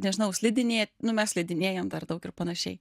nežinau slidinėt nu mes slidinėjam dar daug ir panašiai